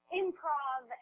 improv